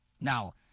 Now